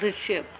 ദൃശ്യം